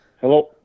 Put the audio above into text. Hello